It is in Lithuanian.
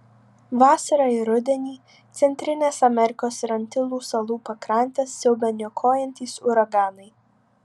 vasarą ir rudenį centrinės amerikos ir antilų salų pakrantes siaubia niokojantys uraganai